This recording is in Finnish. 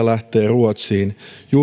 lähtee ruotsiin